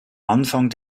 anfang